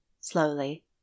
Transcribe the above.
slowly